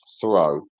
throw